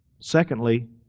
Secondly